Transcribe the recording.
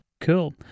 Cool